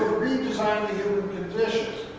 redesign the human condition,